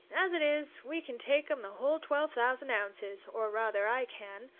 as it is, we can take em the whole twelve thousand ounces, or rather i can,